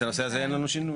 בנושא הזה אין שינוי.